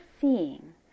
seeing